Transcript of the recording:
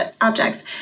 objects